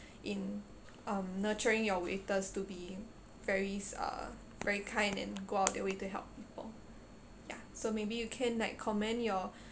in uh nurturing your waiters to be very uh very kind and go out of their way to help people ya so maybe you can like commend your